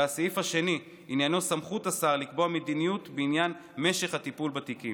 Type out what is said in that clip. הסעיף השני עניינו סמכות השר לקבוע מדיניות בעניין משך הטיפול בתיקים.